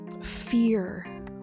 fear